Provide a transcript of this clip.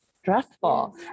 stressful